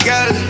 Girl